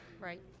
Right